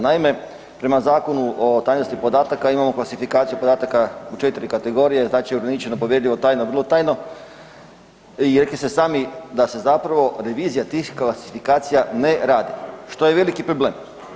Naime, prema Zakonu o tajnosti podataka imamo klasifikaciju podataka u 4 kategorije, znači ograničeno, povjerljivo, tajno, vrlo tajno i rekli ste sami da se zapravo revizija tih klasifikacija ne radi, što je veliki problem.